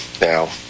now